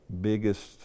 biggest